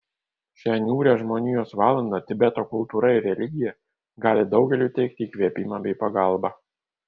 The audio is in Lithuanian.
šią niūrią žmonijos valandą tibeto kultūra ir religija gali daugeliui teikti įkvėpimą bei pagalbą